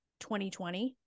2020